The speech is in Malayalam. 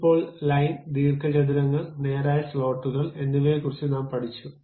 ഇപ്പോൾ ലൈൻ ദീർഘചതുരങ്ങൾ നേരായ സ്ലോട്ടുകൾ എന്നിവയെക്കുറിച്ച് നാം പഠിച്ചു